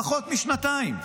פחות משנתיים.